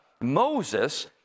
Moses